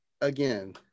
again